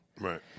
Right